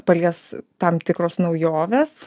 palies tam tikros naujovės